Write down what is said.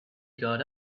got